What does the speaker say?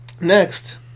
Next